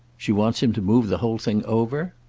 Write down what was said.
she wants him to move the whole thing over?